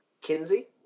Kinsey